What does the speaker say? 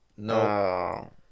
No